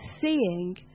seeing